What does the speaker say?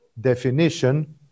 definition